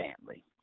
family